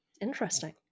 Interesting